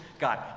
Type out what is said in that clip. God